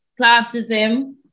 classism